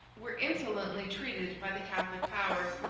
were insolently treated by the catholic powers,